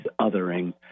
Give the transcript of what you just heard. othering